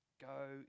Go